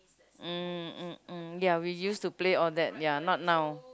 mm mm mm ya we used to play all that ya not now